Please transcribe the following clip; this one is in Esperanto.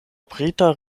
brita